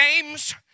games